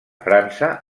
frança